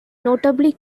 notably